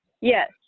yes